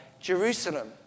Jerusalem